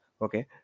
Okay